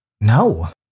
No